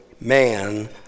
man